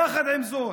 יחד עם זאת,